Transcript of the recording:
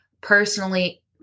personally